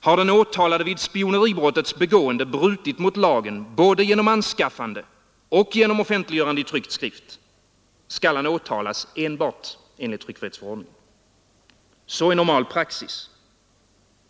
Har den åtalade vid spioneribrottets begående brutit mot lagen både genom anskaffande av uppgift och genom offentliggörande i tryckt skrift, skall han åtalas enbart enligt tryckfrihetsförordningen. Så är normal praxis.